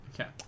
Okay